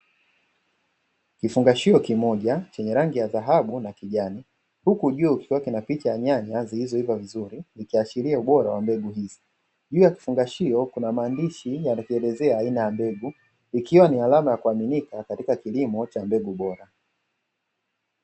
Kifangushio kimoja chenye rangi ya dhahabu na kijani huku juu uso wake una picha ya nyanya zilizoiva vizuri ikiashiria ubora wa mbegu hizi. Juu ya kifungashio kuna maandishi yakielezea aina ya mbegu ikiwa ni alama ya kuaminika katika kilimo cha mbegu bora.